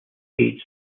aids